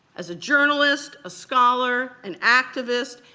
as a journalist, a scholar, an activist,